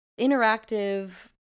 interactive